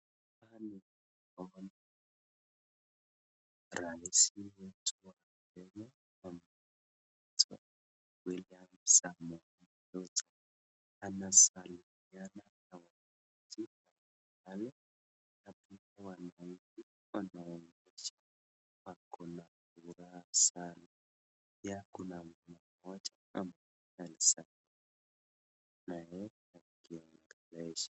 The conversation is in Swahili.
Hani Rasi ya William Samuel anasalimiana na wananchi wake lakini wanahisi kuna furaha sana ya kuna mmoja ama kabisa naye akiangalia.